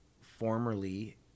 formerly